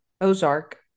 Ozark